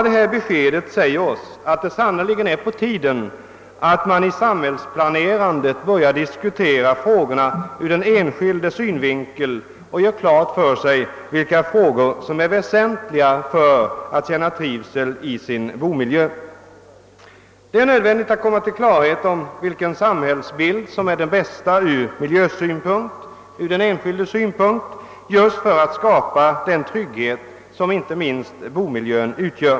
Detta besked visar att det sannerligen är på tiden att man vid planeringen av samhället diskuterar frågorna ur den enskildes synvinkel och gör klart för sig vad som är väsentligt för att människorna skall känna trivsel i sin bomiljö. Det är nödvändigt att komma till klarhet om vilken samhällsbild som är den bästa med hänsyn till den enskildes krav på god miljö. Man måste veta det bl.a. just för att skapa den trygghet som inte minst bomiljön utgör.